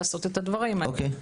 אוקיי.